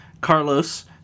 Carlos